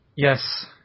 Yes